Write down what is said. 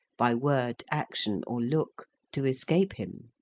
by word, action, or look, to escape him.